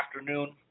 afternoon